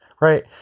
right